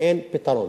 אין פתרון.